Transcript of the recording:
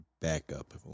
backup